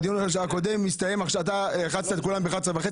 אבל כשהדיון הקודם יסתיים אתה לחצת על כולם ל-11:30,